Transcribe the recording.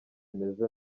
imeze